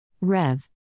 Rev